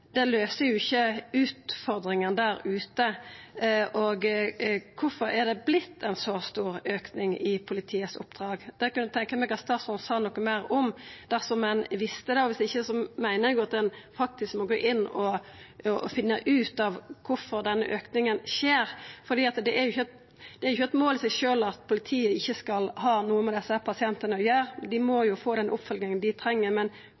det løyser jo ikkje utfordringane der ute. Og kvifor er det vorte ein så stor auke i oppdraga til politiet? Det kunne eg tenkja meg at statsråden sa noko meir om dersom ein visste det, og viss ikkje meiner eg at ein faktisk må gå inn og finna ut kvifor denne auken skjer. Det er ikkje eit mål i seg sjølv at politiet ikkje skal ha noko med desse pasientane å gjera, dei må jo få den oppfølginga dei treng, men